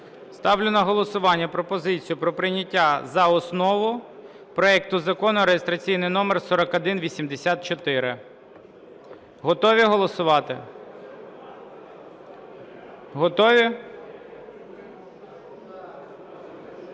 Ставлю на голосування пропозицію про прийняття за основу проекту Закону реєстраційний номер 4184. Готові голосувати? Готові?